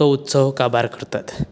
तो उत्सव काबार करतात